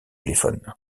téléphone